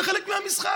זה חלק מהמשחק.